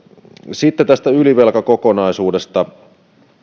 sitten tästä ylivelkakokonaisuudesta